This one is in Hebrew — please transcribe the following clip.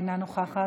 אינה נוכחת,